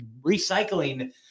recycling